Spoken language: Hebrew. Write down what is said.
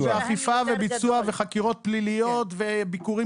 אנחנו באכיפה וביצוע וחקירות פליליות וביקורים